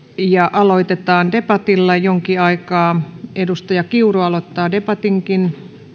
aloitetaan debatilla jonkin aikaa edustaja kiuru aloittaa debatinkin